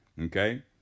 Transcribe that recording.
Okay